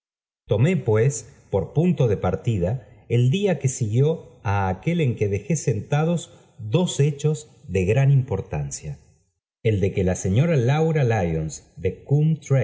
tomé pues por punto de partida el día que siguió á y aquél en que dejé sentados dos hechos de gran importancia el de que la señora laura lyons de